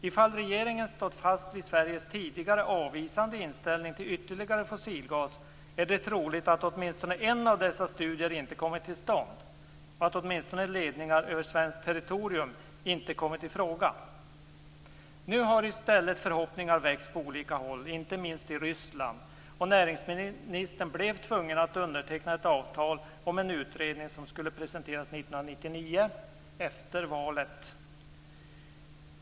Ifall regeringen stått fast vid Sveriges tidigare avvisande inställning till ytterligare fossilgas, är det troligt att åtminstone en av dessa studier inte kommit till stånd och att åtminstone ledningar över svenskt territorium inte kommit i fråga. Nu har i stället förhoppningar väckts på olika håll, inte minst i Ryssland, och näringsministern blev tvungen att underteckna ett avtal om en utredning som skulle presenteras 1999, efter valet.